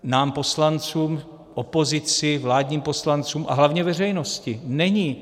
Nám poslancům, opozici, vládním poslancům a hlavně veřejnosti není.